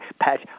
Pat